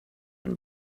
one